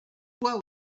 what